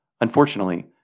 Unfortunately